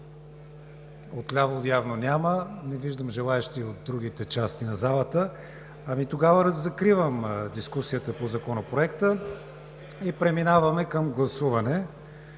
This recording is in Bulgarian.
Отляво явно няма, не виждам желаещи и от другите части на залата. Закривам дискусията по Законопроекта и преминаваме към гласуване.